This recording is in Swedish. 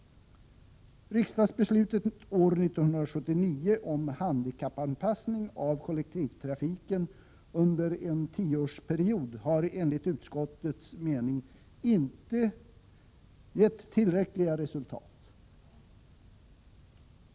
Riksdagsbeslutet år 1979 om handikappanpassning av kollektivtrafiken under en tioårsperiod har enligt utskottets mening inte givit tillräckliga resultat.